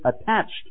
attached